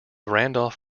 randolph